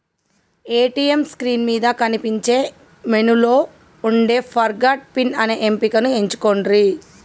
ATM screen మీద కనిపించే మెనూలో వుండే ఫర్గాట్ పిన్ అనే ఎంపికను ఎంచుకొండ్రి